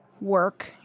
work